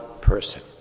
person